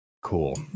cool